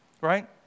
Right